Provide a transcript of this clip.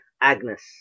Agnes